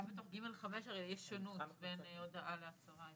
גם בתוך (ג)(5) הרי יש שונות בין הודעה להצהרה.